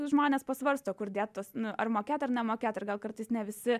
žmonės pasvarsto kur dėt tuos ar mokėt ar nemokėt ir gal kartais ne visi